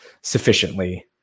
sufficiently